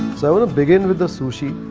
so begin with the sushi.